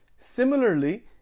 Similarly